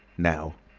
now